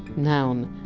noun,